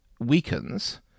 Weakens